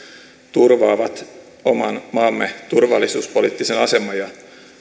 turvaavat oman maamme turvallisuuspoliittisen aseman ja